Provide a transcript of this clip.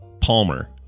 Palmer